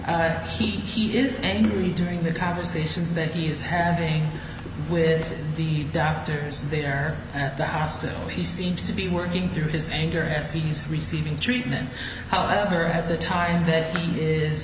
he he is angry during the conversations that he is having with the doctors there at the hospital he seems to be working through his anger and he's receiving treatment however at the time that